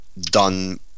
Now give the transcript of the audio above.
done